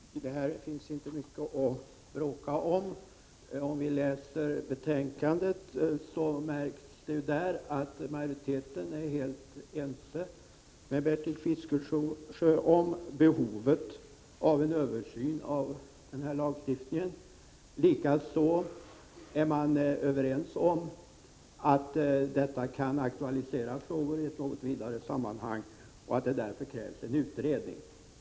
Herr talman! Här finns det inte mycket att bråka om. Om vi läser betänkandet, märker vi att majoriteten är helt ense med Bertil Fiskesjö om behovet av en översyn av lagstiftningen. Likaså är man överens om att detta kan aktualisera frågor i ett något vidare sammanhang och att det därför krävs en utredning.